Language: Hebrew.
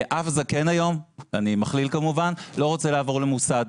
אף זקן היום לא רוצה לעבור לגור במוסד,